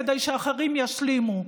כדי שאחרים ישלימו.